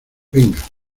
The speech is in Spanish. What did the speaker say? venga